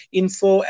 info